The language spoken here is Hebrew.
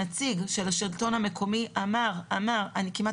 נציג של השלטון המקומי אמר לי אני כמעט